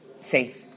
safe